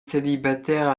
célibataire